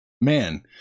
Man